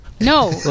No